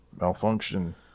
Malfunction